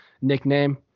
nickname